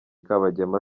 kabagema